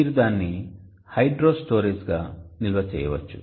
మీరు దానిని హైడ్రో స్టోరేజ్గా నిల్వ చేయవచ్చు